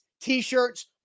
t-shirts